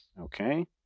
Okay